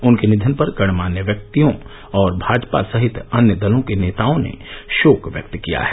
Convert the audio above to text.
उनके निधन पर गणमान्य व्यक्तिों और भाजपा सहित अन्य दलों के नेताओं ने शोक व्यक्त किया है